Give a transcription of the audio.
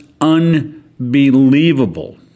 unbelievable